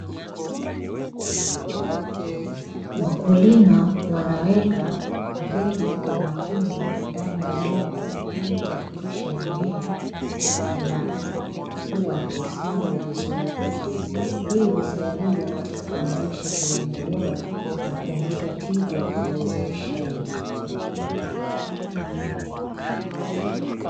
Wakulima wanaweka mbegu kwa umakini ndani ya udongo, ili kuhakikisha mimea inakuwa na kustawi vizuri. Hii husaidia katika kuanzisha kilimo bora na kuongeza tija ya uzalishaji.